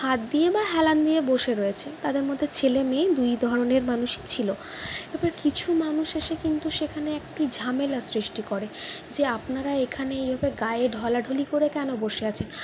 হাত দিয়ে বা হেলান দিয়ে বসে রয়েছে তাদের মধ্যে ছেলে মেয়ে দুই ধরনের মানুষই ছিল এবার কিছু মানুষ এসে কিন্তু সেখানে একটি ঝামেলার সৃষ্টি করে যে আপনারা এখানে এভাবে গায়ে ঢলাঢলি করে কেন বসে আছেন